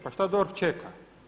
Pa šta DORH čeka?